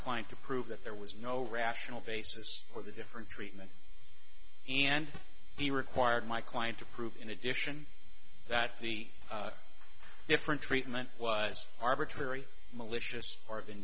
client to prove that there was no rational basis for the different treatment and he required my client to prove in addition that the different treatment was arbitrary malicious